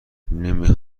نمی